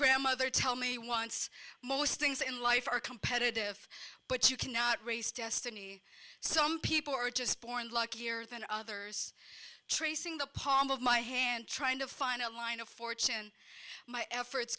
grandmother tell me once most things in life are competitive but you cannot raise destiny some people are just born luckier than others tracing the palm of my hand trying to find a line of fortune my efforts